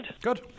good